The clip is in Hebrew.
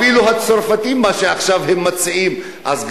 אפילו מה שהצרפתים מציעים עכשיו,